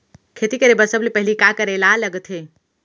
खेती करे बर सबले पहिली का करे ला लगथे?